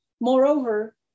moreover